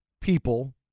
People